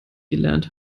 gelernt